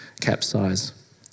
capsize